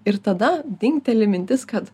ir tada dingteli mintis kad